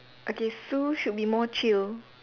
okay so should be more chill